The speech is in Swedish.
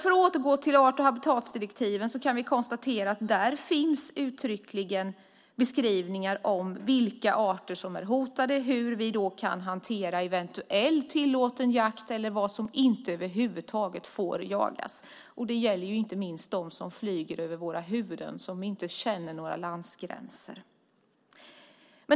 För att återgå till art och habitatdirektivet kan vi konstatera att där beskrivs uttryckligen vilka arter som är hotade, hur vi kan hantera eventuell tillåten jakt eller vad som över huvud taget inte får jagas. Det gäller då inte minst dem som flyger över våra huvuden och som inte känner några landgränser.